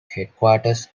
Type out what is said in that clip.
headquarters